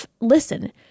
listen